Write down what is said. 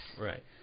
Right